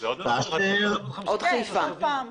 עוד פעם חיפה.